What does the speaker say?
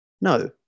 No